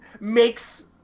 makes